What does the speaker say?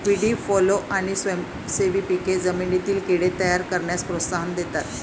व्हीडी fallow आणि स्वयंसेवी पिके जमिनीतील कीड़े तयार करण्यास प्रोत्साहन देतात